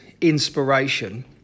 inspiration